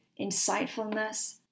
insightfulness